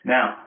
Now